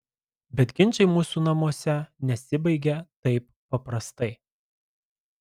bet ginčai mūsų namuose nesibaigia taip paprastai